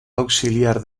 auxiliar